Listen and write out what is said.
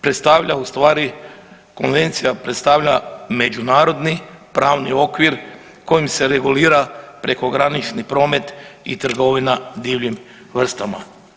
Predstavlja u stvari, konvencija predstavlja međunarodni pravni okvir kojim se regulira prekogranični promet i trgovina divljim vrstama.